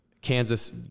Kansas